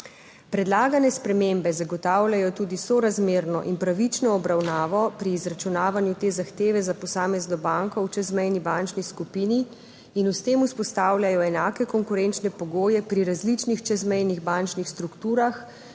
Predlagane spremembe zagotavljajo tudi sorazmerno in pravično obravnavo pri izračunavanju te zahteve za posamezno banko v čezmejni bančni skupini in s tem vzpostavljajo enake konkurenčne pogoje pri različnih čezmejnih bančnih strukturah